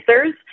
answers